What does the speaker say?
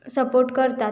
support करतात